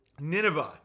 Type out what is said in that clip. Nineveh